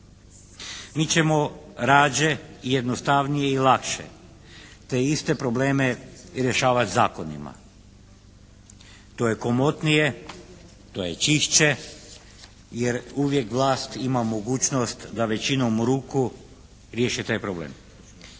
Mi ćemo rađe jednostavnije i lakše te iste probleme rješavati zakonima. To je komotnije, to je čišće jer uvijek vlast ima mogućnost da većinom u ruku riješi taj problem.